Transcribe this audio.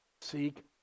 seek